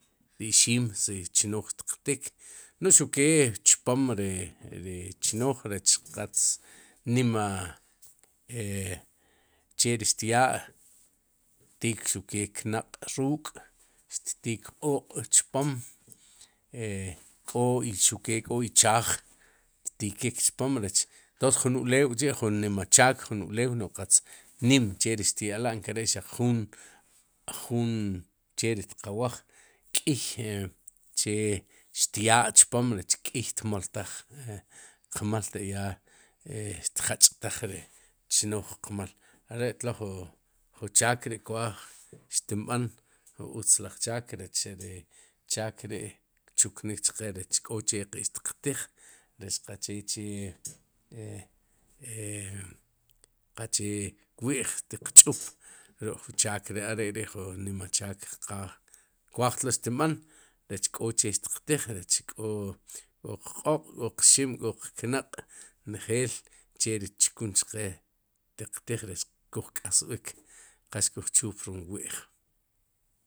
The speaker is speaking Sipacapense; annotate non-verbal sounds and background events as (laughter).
Ri ixim si chnooj xtiqtik no'j xuq kee chpom ri ri (hesitation) chnooj rech qatz nima e (hesitation) che ri xtyaa' ttik xukee knaq' ruuk'ixtik q'ooq'chpom e (hesitation) k'o y xuq ke k'o ichaaj ixtikik chpom, rech ntonces jun ulew k'chi'ju nima chaak jun ulew no'j qatz nim che ri xtya'la' nkere'xaq juun jun che ri xtiqawaj, k'iy (hesitation) che ri xtyaa' chpom rech k'iy xtmoltaj qmal te ya (hesitation) xtjach'taj ri chnooj qmal are tlo'ju chaak ri kwaaj xtin b'an ju utz laj chaak rech ri chaak ri kchuknik chqe rech k'o che qe'xtiq tij rech qa chee e (hesitation) wi'j xtiq ch'up xuk'jun chaak ri' are ri'ju nima chaak qaaj, kwaaj tlo'xtinb'an rech k'o che xtiqtij rech k'qq'oq' k'o qxim k'o qnaq' njeel che ri xtchkun chqe teq tiij, rech kuj k'asb'ik qa xkuj chup rom wi'j.